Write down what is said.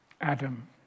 Adam